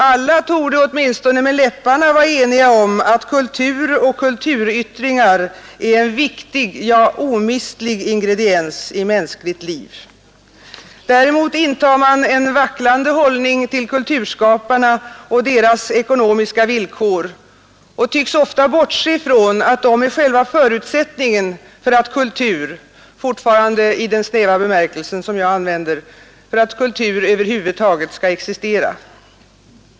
Alla torde åtminstone med läpparna vara eniga om att kultur och kulturyttringar är en viktig, ja omistlig ingrediens i mänskligt liv. Däremot intar man — fortfarande i den snäva bemärkelsen av termen kultur — en vacklande hållning till kulturskaparna och deras ekonomiska villkor och tycks ofta bortse från att de är själva förutsättningen för att kultur över huvud taget skall existera.